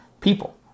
people